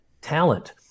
talent